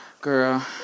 Girl